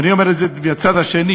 ואני אומר את זה מהצד השני.